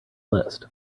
list